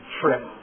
trip